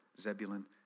Zebulun